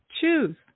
Choose